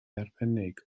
arbennig